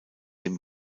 den